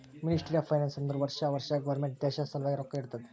ministry of finance ಅಂದುರ್ ವರ್ಷಾ ವರ್ಷಾ ಗೌರ್ಮೆಂಟ್ ದೇಶ ಸಲ್ವಾಗಿ ರೊಕ್ಕಾ ಇಡ್ತುದ